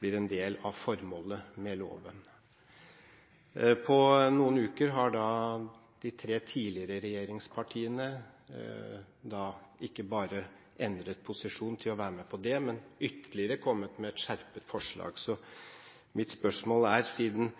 blir en del av formålet med loven. På noen uker har de tre tidligere regjeringspartiene ikke bare endret posisjon til å være med på det, men ytterligere kommet med et skjerpet forslag. Mitt spørsmål er: Siden